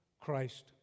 Christ